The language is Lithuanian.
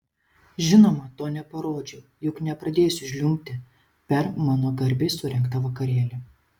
žinoma to neparodžiau juk nepradėsiu žliumbti per mano garbei surengtą vakarėlį